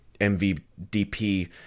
mvdp